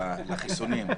לחיסונים.